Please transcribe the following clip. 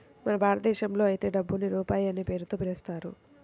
మన భారతదేశంలో అయితే డబ్బుని రూపాయి అనే పేరుతో పిలుస్తారు